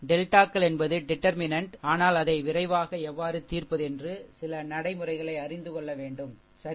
டெல்டாக்கள் என்பது டிடர்மினென்ட் ஆனால் அதை விரைவாக எவ்வாறு தீர்ப்பது என்று சில நடைமுறைகளை அறிந்து கொள்ள வேண்டும் சரி